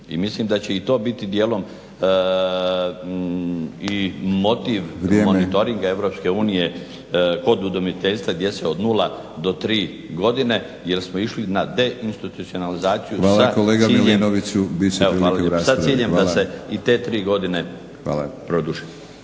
i mislim da će i to biti dijelom i motiv monitoring EU kod udomiteljstva gdje se od nula do tri godine jer smo išli na deinstitucionalizaciju. **Batinić, Milorad